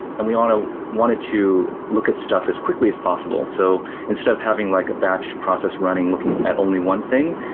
and we um wanted to look at stuff as quickly as possible. so instead of having like a batch process running looking at only one thing,